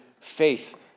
faith